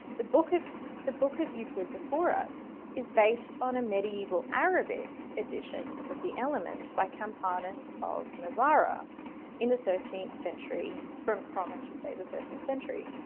the book of the book of euclid before us is based on a medieval arabic edition of the elements by campanus of novarra in the thirteenth century from, from i should say the thirteenth century.